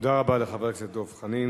תודה רבה לחבר הכנסת דב חנין.